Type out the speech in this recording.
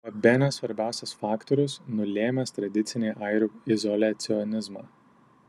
tai buvo bene svarbiausias faktorius nulėmęs tradicinį airių izoliacionizmą